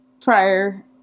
prior